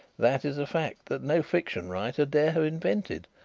that is a fact that no fiction writer dare have invented,